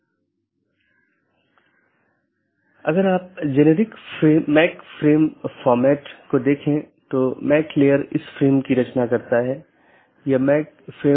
इसलिए आज हम BGP प्रोटोकॉल की मूल विशेषताओं पर चर्चा करेंगे